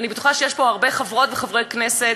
אני בטוחה שיש פה הרבה חברות וחברי כנסת